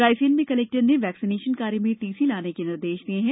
रायसेन में कलेक्टर ने वैक्सीनेशन कार्य में तेजी लाने के निर्देश दिए है